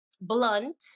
blunt